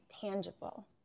tangible